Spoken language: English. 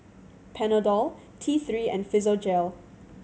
Panadol T Three and Physiogel